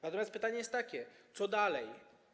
Natomiast pytanie jest takie: Co dalej?